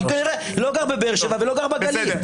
כי כנראה לא גר בבאר שבע ולא גר בגליל.